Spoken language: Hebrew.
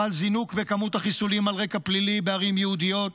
חל זינוק בכמות החיסולים על רקע פלילי בערים יהודיות,